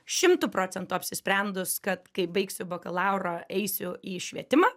šimtu procentų apsisprendus kad kai baigsiu bakalaurą eisiu į švietimą